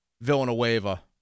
Villanueva